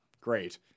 great